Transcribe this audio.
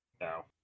No